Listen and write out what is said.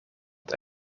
het